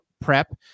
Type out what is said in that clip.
prep